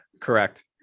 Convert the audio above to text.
correct